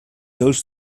goes